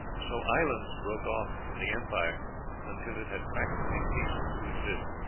so islands broke off from the empire until it had practically ceased to exist,